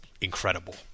incredible